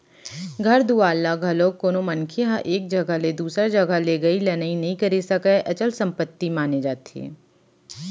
घर दुवार ल घलोक कोनो मनखे ह एक जघा ले दूसर जघा लेगई लनई नइ करे सकय, अचल संपत्ति माने जाथे